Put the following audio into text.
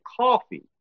coffee